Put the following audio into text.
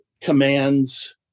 commands